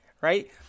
right